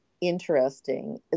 interesting